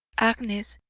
agnes,